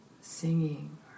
singing